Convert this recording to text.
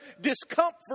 discomfort